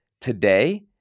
today